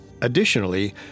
Additionally